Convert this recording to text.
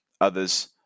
others